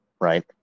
Right